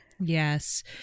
Yes